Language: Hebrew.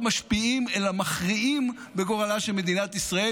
משפיעים אלא מכריעים בגורלה של מדינת ישראל.